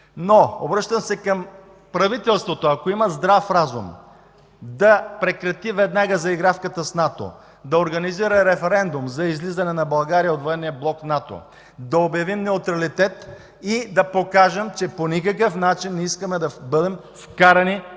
Обръщам се към правителството: ако има здрав разум, веднага да прекрати заигравката с НАТО! Да организира референдум за излизане на България от военния блок НАТО! Да обявим неутралитет и да покажем, че по никакъв начин не искаме да бъдем вкарани в опасните